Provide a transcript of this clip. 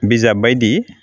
बिजाब बायदि